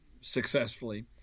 successfully